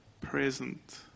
present